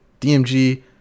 DMG